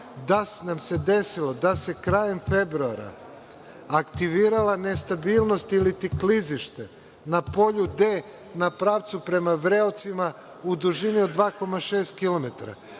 da nam se desilo da se krajem februara aktivirala nestabilnost ili klizište na Polju D na pravcu prema Vreocima u dužini od 2,6